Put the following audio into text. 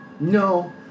No